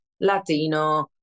Latino